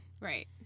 right